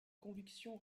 conviction